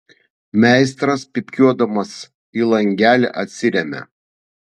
meisteris pypkiuodamas į langelį atsiremia